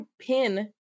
pin